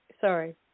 Sorry